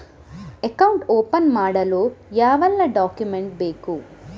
Account open ಮಾಡಲು ಯಾವೆಲ್ಲ document ಬೇಕು?